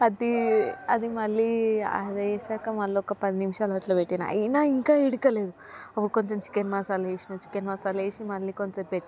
అది అది మళ్ళీ అదేశాక మళ్ళీ ఒక పది నిముషాలు అట్లా పెట్టిన అయినా ఇంకా ఇంకలేదు అప్పుడు కొంచెం చికెన్ మసాలేసిన చికెన్ మసాలా వేసి మళ్ళీ కొద్దిసేపు పెట్టాను